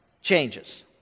changes